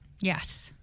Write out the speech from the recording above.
Yes